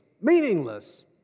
Meaningless